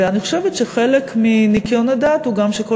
אני חושבת שחלק מניקיון הדעת הוא גם שכל